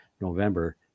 november